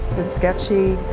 it's sketchy,